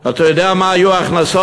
אתה יודע מה היו ההכנסות?